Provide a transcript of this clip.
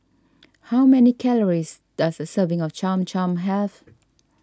how many calories does a serving of Cham Cham have